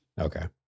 Okay